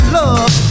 love